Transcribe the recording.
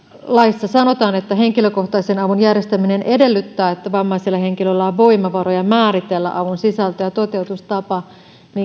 laissa sanotaan että henkilökohtaisen avun järjestäminen edellyttää että vammaisella henkilöllä on voimavaroja määritellä avun sisältö ja toteutustapa